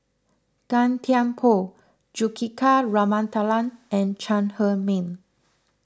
Gan Thiam Poh Juthika Ramanathan and Chong Heman